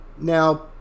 Now